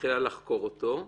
ומתחילה לחקור אותו,